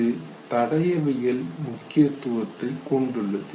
இது தடயவியல் முக்கியத்துவத்தை கொண்டுள்ளது